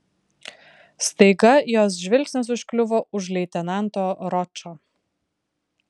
staiga jos žvilgsnis užkliuvo už leitenanto ročo